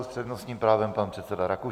S přednostním právem pan předseda Rakušan.